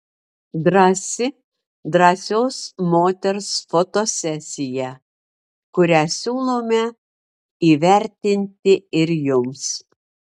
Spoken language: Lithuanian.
drąsi drąsios moters fotosesija kurią siūlome įvertinti ir jums